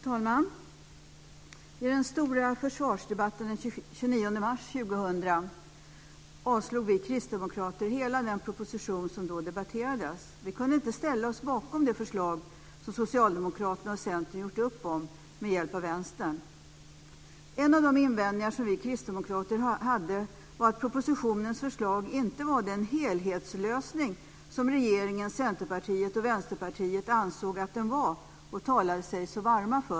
Fru talman! I den stora försvarsdebatten den 29 mars 2000 avslog vi kristdemokrater hela den proposition som då debatterades. Vi kunde inte ställa oss bakom det förslag som Socialdemokraterna och Centern hade gjort upp om med hjälp av Vänstern. En av de invändningar som vi kristdemokrater hade var att propositionens förslag inte var den helhetslösning som regeringen, Centerpartiet och Vänsterpartiet ansåg att den var och talade sig så varma för.